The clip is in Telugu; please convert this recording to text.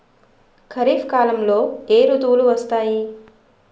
ఖరిఫ్ కాలంలో ఏ ఋతువులు వస్తాయి?